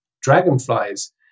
dragonflies